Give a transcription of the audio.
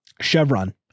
Chevron